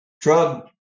drug